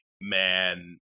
man